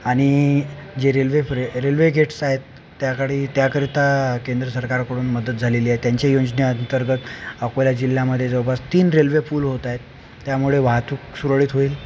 आणि जे रेल्वे प्रे रेल्वे गेट्स आहेत त्याकडंही त्याकरिता केंद्र सरकारकडून मदत झालेली आहे त्यांचे योजनेअंतर्गत अकोला जिल्ह्यामधे जवळपास तीन रेल्वे पूल होत आहेत त्यामुळे वाहतूक सुरळीत होईल